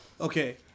okay